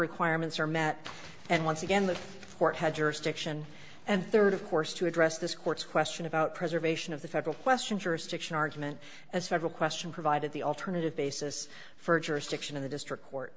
requirements are met and once again the court had jurisdiction and rd of course to address this court's question about preservation of the federal question jurisdiction argument as federal question provided the alternative basis for jurisdiction of the district court